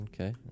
Okay